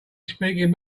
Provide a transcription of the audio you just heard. speaking